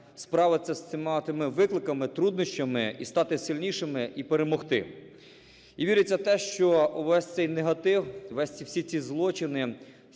справитися з всіма тими викликами, труднощами і стати сильнішими, і перемогти. І віриться в те, що увесь цей негатив, всі ці злочини,